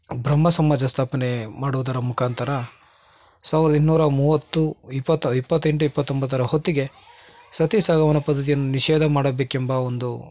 ಬ್ರಹ್ಮಸಮಾಜ ಸ್ಥಾಪನೆ ಮಾಡೋದರ ಮುಖಾಂತರ ಸಾವಿರ್ದ ಇನ್ನೂರ ಮೂವತ್ತು ಇಪ್ಪತ್ತ ಇಪ್ಪತ್ತೆಂಟು ಇಪ್ಪತ್ತೊಂಬತ್ತರ ಹೊತ್ತಿಗೆ ಸತಿಸಹಗಮನ ಪದ್ದತಿಯನ್ನು ನಿಷೇಧ ಮಾಡಬೇಕೆಂಬ ಒಂದು